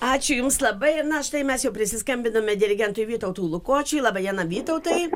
ačiū jums labai na štai mes jau prisiskambinome dirigentui vytautui lukočiui laba diena vytautai